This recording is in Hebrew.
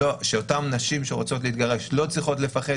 שאותן נשים שרוצות להתגרש לא צריכות לפחד